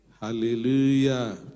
Hallelujah